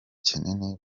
kinini